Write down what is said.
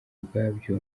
ubwabyo